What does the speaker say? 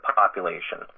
population